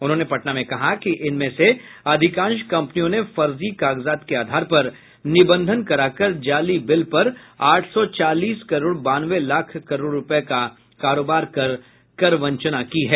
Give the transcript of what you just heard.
उन्होंने पटना में कहा कि इनमें से अधिकांश कंपनियों ने फर्जी कागजात के आधार पर निबंधन करा कर जाली बिल पर आठ सौ चालीस करोड़ बानवे लाख रुपये का कारोबार करके करवंचना की है